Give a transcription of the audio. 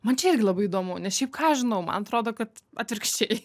man čia irgi labai įdomu ne šiaip ką aš žinau man atrodo kad atvirkščiai